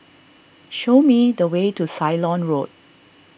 show me the way to Ceylon Road